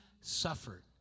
suffered